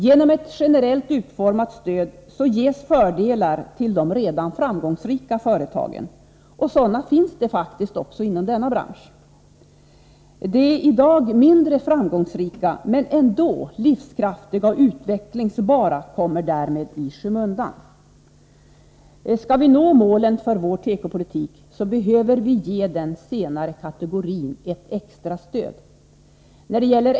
Genom ett generellt utformat stöd ges fördelar till de redan framgångsrika företagen. Sådana finns det faktiskt också inom denna bransch. De i dag mindre framgångsrika men ändå livskraftiga och utvecklingsbara företagen kommer därmed i skymundan. Om vi skall kunna nå målen för vår tekopolitik, behöver vi ge den senare kategorin ett extra stöd.